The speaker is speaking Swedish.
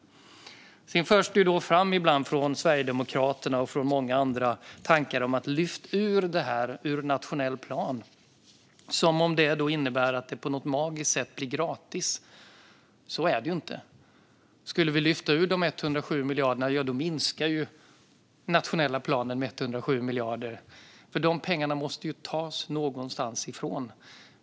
Från Sverigedemokraterna och många andra förs det ibland fram tankar om att lyfta ur detta ur den nationella planen, som om det skulle innebära att det på något magiskt sätt blev gratis. Så är det inte. Skulle vi lyfta ur dessa 107 miljarder minskar den nationella planen med 107 miljarder, för de pengarna måste ju tas någonstans ifrån.